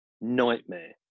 nightmare